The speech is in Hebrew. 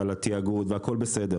על התיאגוד והכל בסדר